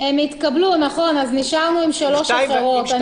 הן התקבלו, אז נשארנו עם שלוש אחרות.